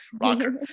rocker